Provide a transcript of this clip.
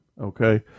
okay